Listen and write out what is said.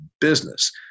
business